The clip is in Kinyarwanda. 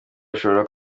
bashobora